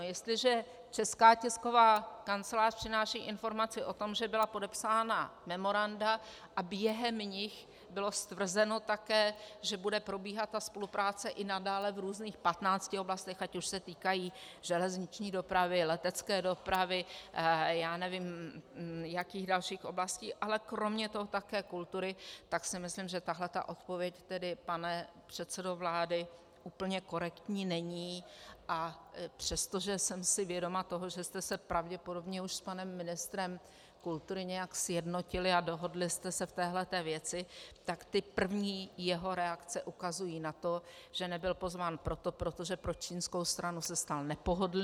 Jestliže Česká tisková kancelář přináší informaci o tom, že byla podepsána memoranda a během nich bylo stvrzeno také, že bude probíhat spolupráce i nadále v různých patnácti oblastech, ať už se týkají železniční dopravy, letecké dopravy, nevím jakých dalších oblastí, ale kromě toho také kultury, tak si myslím, že tato odpověď tedy, pane předsedo vlády, úplně korektní není, a přestože jsem si vědoma toho, že jste se pravděpodobně už s panem ministrem kultury nějak sjednotili a dohodli jste se v této věci, tak ty první jeho reakce ukazují na to, že nebyl pozván proto, že pro čínskou stranu se stal nepohodlným.